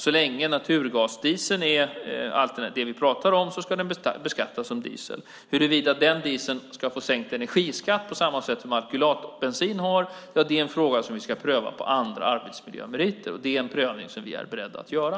Så länge vi pratar om naturgasdiesel ska den beskattas som diesel. Huruvida den dieseln ska få sänkt energiskatt på samma sätt som alkylatbensin är en fråga som vi ska pröva på andra arbetsmiljömeriter. Det är en prövning som vi är beredda att göra.